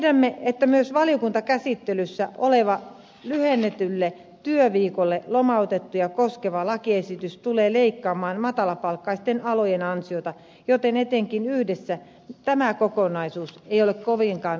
tiedämme että myös valiokuntakäsittelyssä oleva lyhennetylle työviikolle lomautettuja koskeva lakiesitys tulee leikkaamaan matalapalkkaisten alojen ansioita joten etenkin yhdessä tämä kokonaisuus ei ole kovinkaan oikeudenmukainen